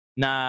na